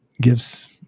gives